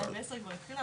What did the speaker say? ב-2010 היא התחילה,